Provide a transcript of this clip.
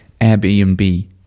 Airbnb